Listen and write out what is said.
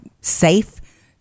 safe